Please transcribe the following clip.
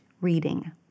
reading